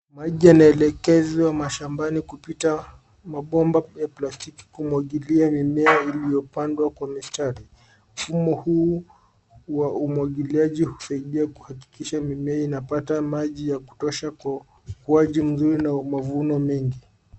Maji yanaelekezwa mashambani kupita mabomba ya plastiki kumwagilia mimea iliyopandwa kwa mistari. Mfumo huu wa umwagiliaji husaidia kuhakikisha mimea inapata maji ya kutosha kwa ukuaji mzuri na mavuno mengi.